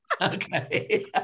Okay